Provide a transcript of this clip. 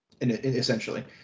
essentially